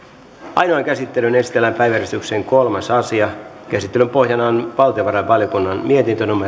ainoaan käsittelyyn esitellään päiväjärjestyksen kolmas asia käsittelyn pohjana on valtiovarainvaliokunnan mietintö